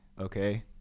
Okay